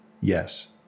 Yes